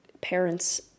parents